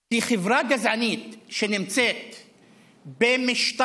כי חברה גזענית שנמצאת במשטר,